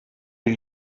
bir